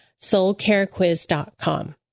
soulcarequiz.com